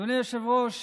אדוני היושב-ראש,